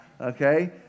okay